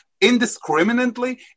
indiscriminately